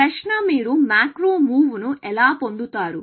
ప్రశ్న మీరు macro moves ను ఎలా పొందుతారు